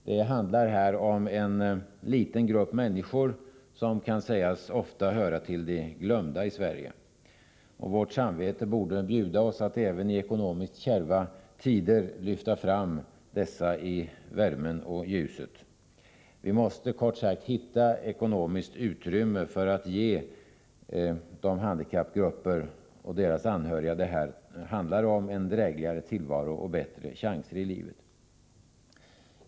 Det handlar här om en liten grupp människor som kan sägas ofta höra till de glömda i Sverige. Vårt samvete borde bjuda oss att även i ekonomiskt kärva tider lyfta fram dessa människor i värmen och ljuset. Vi måste kort sagt hitta ekonomiskt utrymme för att ge de handikappgrupper det här handlar om och deras anhöriga en drägligare tillvaro och bättre chanser i livet.